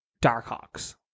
Darkhawks